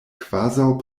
kvazaŭ